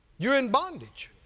you're in bondage.